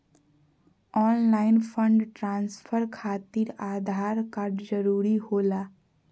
Online fund transfer खातिर Aadhaar card जरूरी होला?